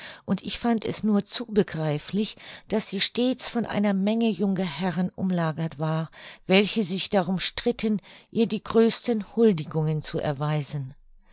und ich fand es nur zu begreiflich daß sie stets von einer menge junger herren umlagert war welche sich darum stritten ihr die größten huldigungen zu erweisen